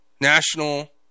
national